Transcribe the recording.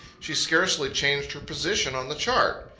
she scarcely changed her position on the chart.